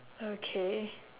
okay